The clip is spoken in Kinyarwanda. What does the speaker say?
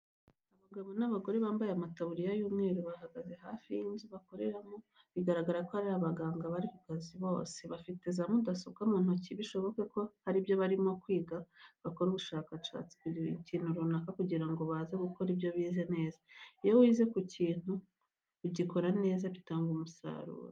Abagabo n'abagore bambaye amataburiya y'umweru, bahagaze hafi y'inzu bakoreramo bigaragara ko ari abaganga bari ku kazi bose, bafite za mudasobwa mu ntoki bishoboke ko hari byo barimo kwiga bakora ubushakashatsi ku kintu runaka kugira ngo baze gukora ibyo bize neza. Iyo wize ku kintu ugikora neza bigatanga umusaruro.